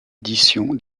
édition